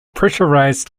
pressurized